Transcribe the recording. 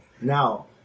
now